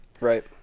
Right